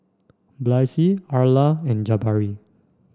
Blaise Arla and Jabari